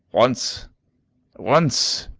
once once